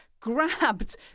Grabbed